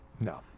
No